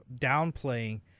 downplaying